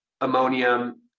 ammonium